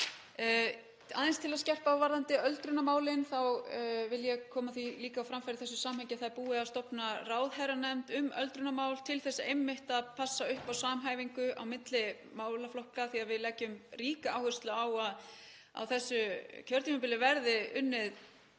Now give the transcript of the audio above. Til að skerpa aðeins á varðandi öldrunarmálin vil ég koma því á framfæri í þessu samhengi að búið er að stofna ráðherranefnd um öldrunarmál til þess einmitt að passa upp á samhæfingu á milli málaflokka af því að við leggjum ríka áherslu á að á þessu kjörtímabili verði unnið